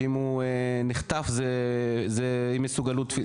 שאם הוא נחטף זה מסוגלות פיזית,